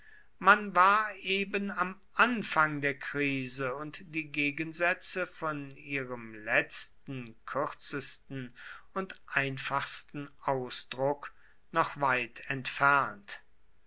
man war eben am anfang der krise und die gegensätze von ihrem letzten kürzesten und einfachsten ausdruck noch weit entfernt